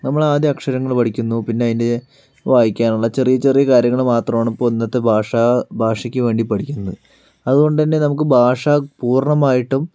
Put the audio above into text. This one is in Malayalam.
നമ്മൾ ആദ്യം അക്ഷങ്ങൾ പഠിക്കുന്നു പിന്നെ അതിൻ്റെ വായിക്കാൻ ഉള്ള ചെറിയ ചെറിയ കാര്യങ്ങൾ മാത്രമാണ് ഇപ്പോൾ ഇന്നത്തെ ഭാഷ ഭാഷയ്ക്ക് വേണ്ടി പഠിക്കുന്നത് അതുകൊണ്ട് തന്നെ നമുക്ക് ഭാഷ പൂർണ്ണമായിട്ടും